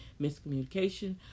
miscommunication